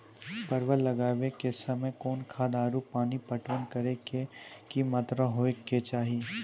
परवल लगाबै के समय कौन खाद आरु पानी पटवन करै के कि मात्रा होय केचाही?